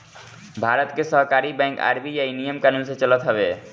भारत के सहकारी bank RBI नियम कानून से चलत हवे